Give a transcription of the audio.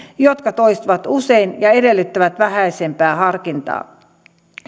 jotka toistuvat usein ja edellyttävät vähäisempää harkintaa